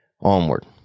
Onward